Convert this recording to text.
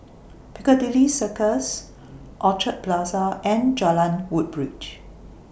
Piccadilly Circus Orchard Plaza and Jalan Woodbridge